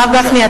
הרב גפני,